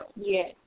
Yes